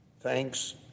Thanks